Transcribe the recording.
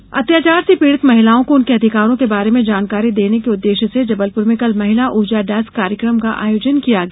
कार्यशाला अत्याचार से पीड़ित महिलाओं को उनके अधिकारों के बारे में जानकारी देने के उद्देश्य से जबलपुर में कल महिला ऊर्जा डेस्क कार्यक्रम का आयोजन किया गया